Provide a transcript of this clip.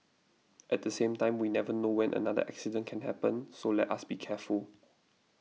at the same time we never know whether another accident can happen so let us be careful